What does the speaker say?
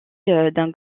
d’un